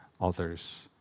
others